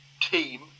team